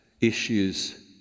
issues